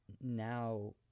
now